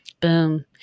Boom